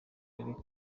erica